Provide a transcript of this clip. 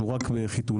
שהוא רק בחיתוליו,